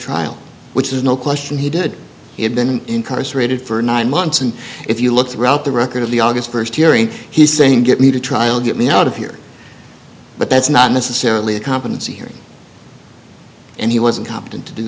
trial which is no question he did he had been incarcerated for nine months and if you look throughout the record of the august st hearing he's saying get me to trial get me out of here but that's not necessarily a competency hearing and he wasn't competent to do